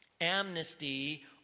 amnesty